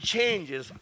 Changes